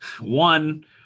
one